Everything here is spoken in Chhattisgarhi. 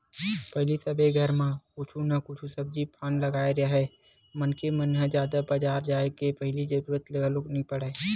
पहिली सबे घर म कुछु न कुछु सब्जी पान लगाए राहय मनखे मन ह जादा बजार जाय के पहिली जरुरत घलोक नइ पड़य